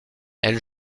elle